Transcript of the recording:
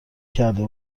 کرده